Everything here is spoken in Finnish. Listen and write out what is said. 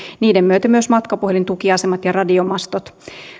niiden myötä myös matkapuhelintukiasemat ja radiomastot